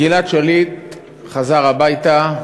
גלעד שליט חזר הביתה,